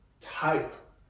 type